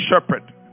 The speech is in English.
shepherd